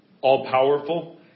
all-powerful